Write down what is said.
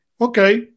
okay